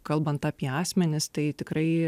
kalbant apie asmenis tai tikrai